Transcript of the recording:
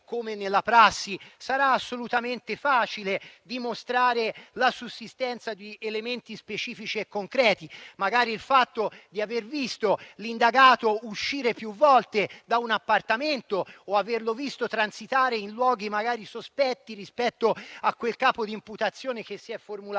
come nella prassi sarà assolutamente facile dimostrare la sussistenza di elementi specifici e concreti: magari il fatto di aver visto l'indagato uscire più volte da un appartamento o averlo visto transitare in luoghi sospetti rispetto al capo di imputazione che si è formulato.